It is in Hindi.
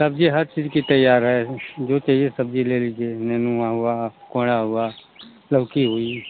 सब्जी हर चीज की तैयार है जो चाहिए सब्जी ले लीजिए नेनुवा हुआ कोहड़ा हुआ लौकी हुई